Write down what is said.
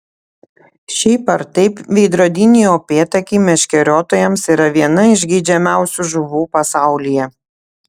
šiaip ar taip veidrodiniai upėtakiai meškeriotojams yra viena iš geidžiamiausių žuvų pasaulyje